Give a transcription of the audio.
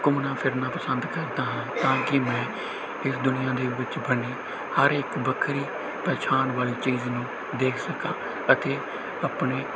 ਘੁੰਮਣਾ ਫਿਰਨਾ ਪਸੰਦ ਕਰਦਾ ਹਾਂ ਤਾਂ ਕਿ ਮੈਂ ਇਸ ਦੁਨੀਆਂ ਦੇ ਵਿੱਚ ਬਣੀ ਹਰ ਇੱਕ ਵੱਖਰੀ ਪਹਿਚਾਣ ਵਾਲੀ ਚੀਜ਼ ਨੂੰ ਦੇਖ ਸਕਾਂ ਅਤੇ ਆਪਣੇ